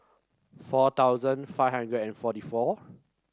four thousand five hundred and forty four